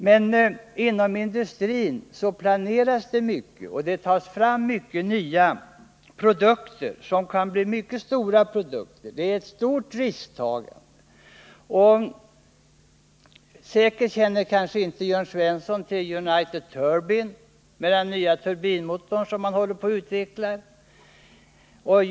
Men inom industrin planeras det mycket, och det tas fram många nya produkter som kan bli mycket stora produkter. Det är ett stort risktagande. Jörn Svensson känner kanske inte till United Turbine, som håller på att utveckla den nya turbinmotorn.